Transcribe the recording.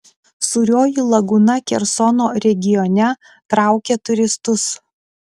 sūrioji lagūna kersono regione traukia turistus